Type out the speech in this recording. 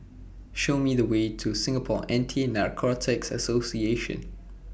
Show Me The Way to Singapore Anti Narcotics Association